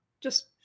Just-